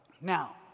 Now